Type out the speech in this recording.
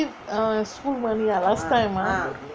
give school money ah last time ah